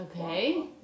Okay